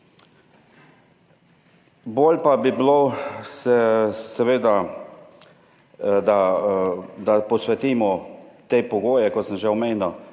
Bolj pa bi bilo seveda, da posvetimo te pogoje, kot sem že omenil,